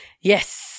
Yes